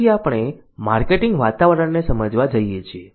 પછી આપણે માર્કેટિંગ વાતાવરણને સમજવા જઈએ છીએ